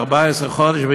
14 חודש,